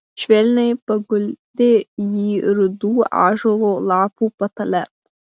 švelniai paguldė jį rudų ąžuolo lapų patale